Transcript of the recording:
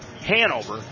Hanover